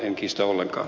en kiistä ollenkaan